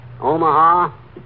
Omaha